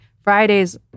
Friday's